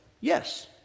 Yes